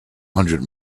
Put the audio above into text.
hundred